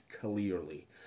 clearly